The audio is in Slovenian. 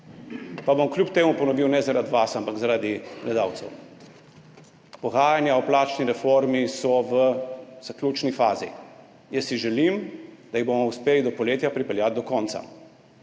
Pa bom kljub temu ponovil, ne zaradi vas, ampak zaradi gledalcev. Pogajanja o plačni reformi so v zaključni fazi, jaz si želim, da jih bomo uspeli do poletja pripeljati do konca.